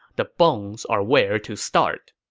the bones are where to start